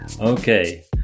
okay